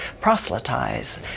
proselytize